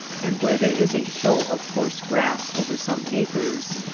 and where there is a show of coarse grass over some acres.